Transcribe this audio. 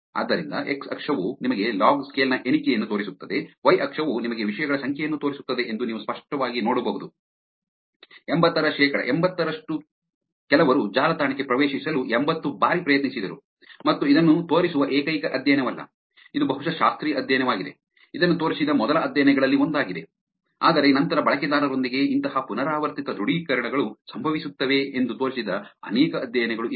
ಆದ್ದರಿಂದ ಎಕ್ಸ್ ಅಕ್ಷವು ನಿಮಗೆ ಲಾಗ್ ಸ್ಕೇಲ್ ನ ಎಣಿಕೆಯನ್ನು ತೋರಿಸುತ್ತದೆ ವೈ ಅಕ್ಷವು ನಿಮಗೆ ವಿಷಯಗಳ ಸಂಖ್ಯೆಯನ್ನು ತೋರಿಸುತ್ತದೆ ಎಂದು ನೀವು ಸ್ಪಷ್ಟವಾಗಿ ನೋಡಬಹುದು ಎಂಬತ್ತರ ಶೇಕಡಾ ಎಂಭತ್ತರಷ್ಟು ಕೆಲವರು ಜಾಲತಾಣಕ್ಕೆ ಪ್ರವೇಶಿಸಲು ಎಂಭತ್ತು ಬಾರಿ ಪ್ರಯತ್ನಿಸಿದರು ಮತ್ತು ಇದನ್ನು ತೋರಿಸುವ ಏಕೈಕ ಅಧ್ಯಯನವಲ್ಲ ಇದು ಬಹುಶಃ ಶಾಸ್ತ್ರೀಯ ಅಧ್ಯಯನವಾಗಿದೆ ಇದನ್ನು ತೋರಿಸಿದ ಮೊದಲ ಅಧ್ಯಯನಗಳಲ್ಲಿ ಒಂದಾಗಿದೆ ಆದರೆ ನಂತರ ಬಳಕೆದಾರರೊಂದಿಗೆ ಇಂತಹ ಪುನರಾವರ್ತಿತ ದೃಢೀಕರಣಗಳು ಸಂಭವಿಸುತ್ತವೆ ಎಂದು ತೋರಿಸಿದ ಅನೇಕ ಅಧ್ಯಯನಗಳು ಇವೆ